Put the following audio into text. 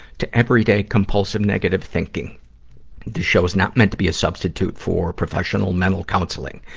to everyday compulsive, negative thinking. this show is not meant to be a substitute for professional mental counseling.